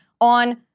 on